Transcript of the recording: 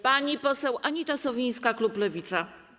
Pani poseł Anita Sowińska, klub Lewica.